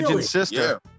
sister